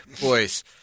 boys